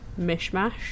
mishmash